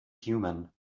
human